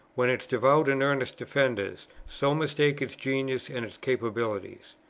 when its devout and earnest defenders so mistake its genius and its capabilities?